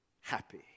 happy